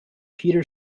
peter